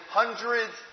hundreds